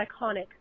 iconic